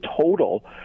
total